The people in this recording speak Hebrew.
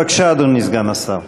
בבקשה, אדוני סגן השר.